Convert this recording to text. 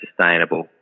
sustainable